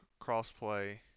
crossplay